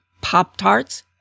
Pop-Tarts